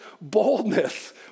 boldness